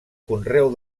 conreu